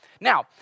Now